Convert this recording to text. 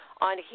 on